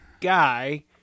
guy